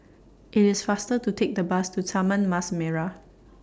IT IS faster to Take The Bus to Taman Mas Merah